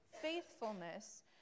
faithfulness